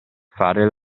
fare